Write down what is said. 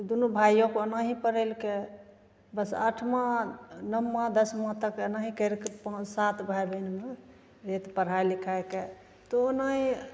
दुनू भाइओके ओनाहि पढ़ेलकै बस अठमा नौमा दसमा तक एनाहि करिके पाँच सात भाइ बहिन हमर पढ़ै लिखैके तऽ ओनाहि